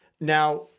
Now